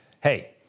Hey